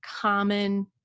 common